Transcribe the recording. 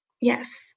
Yes